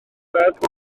gogledd